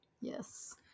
Yes